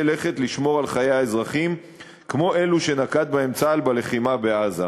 לכת לשמור על חיי האזרחים כמו אלו שנקט צה"ל בלחימה בעזה".